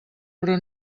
però